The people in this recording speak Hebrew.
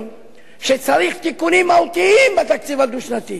שצריך תיקונים מהותיים בתקציב הדו-שנתי?